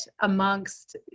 amongst